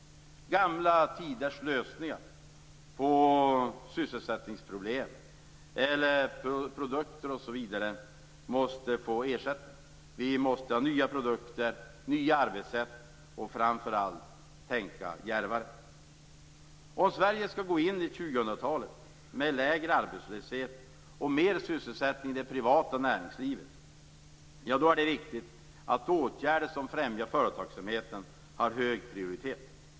Gamla tiders lösningar på sysselsättningsproblem eller när det gäller produkter, osv. måste ersättas. Vi måste ha nya produkter, nya arbetssätt och framför allt tänka djärvare. Om Sverige skall gå in i 2000-talet med lägre arbetslöshet och mer sysselsättning i det privata näringslivet är det viktigt att åtgärder som främjar företagsamheten har hög prioritet.